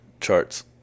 charts